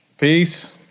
Peace